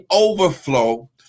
overflow